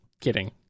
kidding